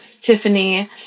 Tiffany